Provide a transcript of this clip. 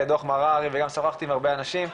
את דו"ח מררי וגם שוחחתי עם הרבה אנשים.